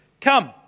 Come